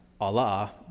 Allah